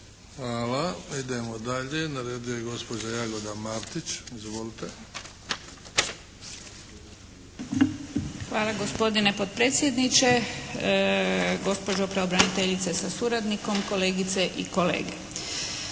lijepa. Idemo dalje. Na redu je gospođa Jagoda Martić. Izvolite. **Martić, Jagoda (SDP)** Hvala. Gospodine potpredsjedniče, gospođo pravobraniteljice sa suradnikom, kolegice i kolege.